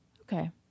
Okay